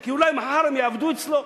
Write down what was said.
כי אולי מחר הם יעבדו אצלו.